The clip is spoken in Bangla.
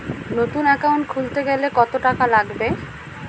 নতুন একাউন্ট খুলতে গেলে কত টাকা লাগবে?